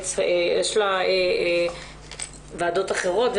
יש לה וועדות אחרות,